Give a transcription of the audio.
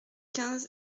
quinze